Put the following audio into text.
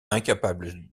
incapable